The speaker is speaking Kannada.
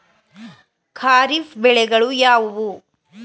ಖಾರಿಫ್ ಬೆಳೆಗಳು ಯಾವುವು?